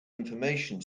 information